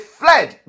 fled